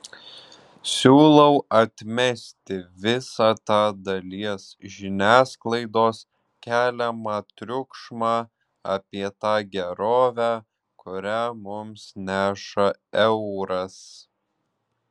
siūlau atmesti visą tą dalies žiniasklaidos keliamą triukšmą apie tą gerovę kurią mums neša euras